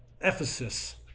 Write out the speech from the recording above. Ephesus